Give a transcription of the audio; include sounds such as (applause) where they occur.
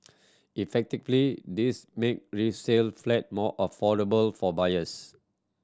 (unintelligible) this make resale flat more affordable for buyers